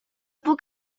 puc